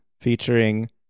featuring